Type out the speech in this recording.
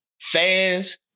fans